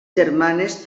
germanes